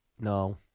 No